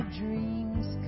dreams